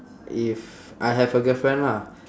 if I have a girlfriend lah